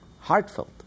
Heartfelt